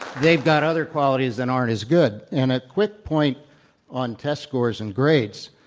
they've got other qualities that aren't as good. and quick point on test scores and grades,